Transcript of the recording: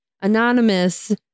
Anonymous